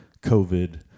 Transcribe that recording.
covid